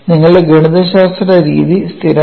നിങ്ങളുടെ ഗണിതശാസ്ത്ര രീതി സ്ഥിരമാണ്